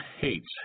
hates